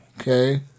okay